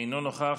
אינו נוכח.